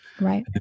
Right